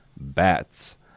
bats